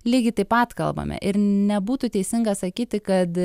lygiai taip pat kalbame ir nebūtų teisinga sakyti kad